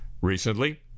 recently